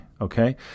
okay